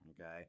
Okay